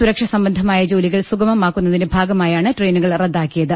സുർക്ഷ സംബന്ധമായ ജോലികൾ സുഗ മമാക്കുന്നതിന്റെ ഭാഗമായാണ് ട്രെയിനുകൾ റദ്ദാക്കിയത്